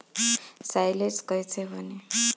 Silage कईसे बनी?